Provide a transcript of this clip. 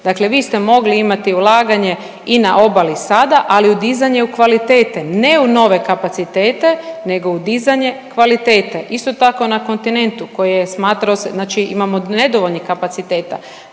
Dakle, vi ste mogli imati ulaganje i na obali sada, ali u dizanje u kvalitete, ne u nove kapacitete nego u dizanje kvalitete. Isto tako na kontinentu koji smatrao se znači imamo nedovoljnih kapaciteta,